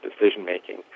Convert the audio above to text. decision-making